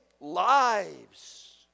lives